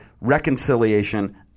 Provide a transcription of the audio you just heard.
reconciliation